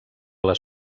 les